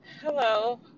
Hello